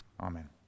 Amen